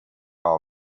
all